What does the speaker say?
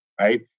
Right